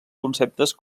conceptes